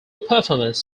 performances